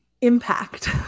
Impact